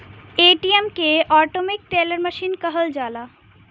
ATM के automatic teller machine कहल जाला